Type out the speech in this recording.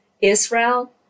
Israel